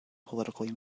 politically